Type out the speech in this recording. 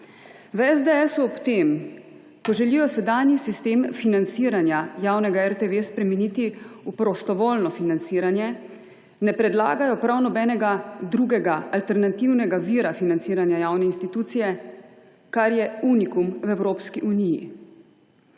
V SDS ob tem, ko želijo sedanji sistem financiranja javne RTV spremeniti v prostovoljno financiranje, ne predlagajo prav nobenega drugega alternativnega vira financiranja javne institucije, kar je unikum v Evropski uniji.